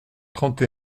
trente